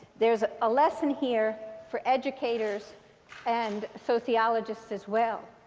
there's a lesson here for educators and sociologists, as well.